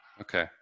Okay